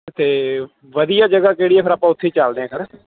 ਅਤੇ ਵਧੀਆ ਜਗ੍ਹਾ ਕਿਹੜੀ ਹੈ ਫਿਰ ਆਪਾਂ ਉੱਥੇ ਹੀ ਚਲਦੇ ਹੈ ਨਾ